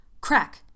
Crack